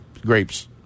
grapes